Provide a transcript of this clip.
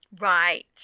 Right